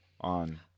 on